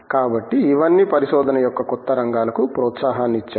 కాబట్టి ఇవన్నీ పరిశోధన యొక్క కొత్త రంగాలకు ప్రోత్సాహాన్నిచ్చాయి